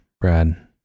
Brad